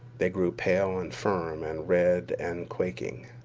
they grew pale and firm, and red and quaking.